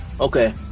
Okay